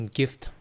gift